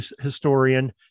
historian